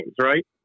right